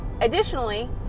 Additionally